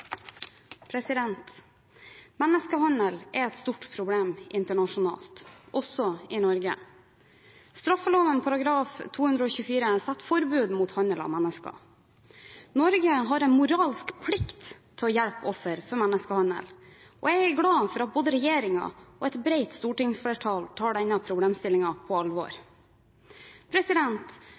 Menneskehandel er et stort problem internasjonalt, også i Norge. Straffeloven § 224 setter forbud mot handel av mennesker. Norge har en moralsk plikt til å hjelpe offer for menneskehandel, og jeg er glad for at både regjeringen og et bredt stortingsflertall tar denne problemstillingen på alvor.